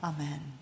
Amen